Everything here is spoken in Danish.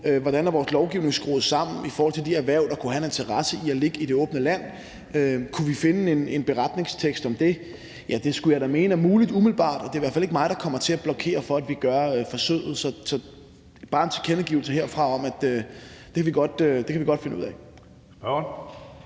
hvordan vores lovgivning er skruet sammen i forhold til de erhverv, der kunne have en interesse i at ligge i det åbne land. Kunne vi finde en beretningstekst om det? Ja, det skulle jeg da umiddelbart mene er muligt, og det er i hvert fald ikke mig, der kommer til at blokere for, at vi gør forsøget. Så det er bare en tilkendegivelse herfra om, at det kan vi godt finde ud af.